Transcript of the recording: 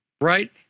right